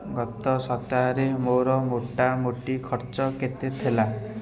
ଗତ ସପ୍ତାହରେ ମୋର ମୋଟାମୋଟି ଖର୍ଚ୍ଚ କେତେ ଥିଲା